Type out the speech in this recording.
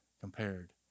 compared